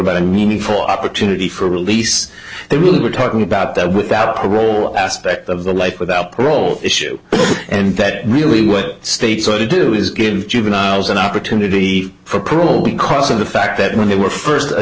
about a meaningful opportunity for release they really were talking about that without parole aspect of the life without parole issue and that really what states ought to do is give juveniles an opportunity for parole because of the fact that when they were first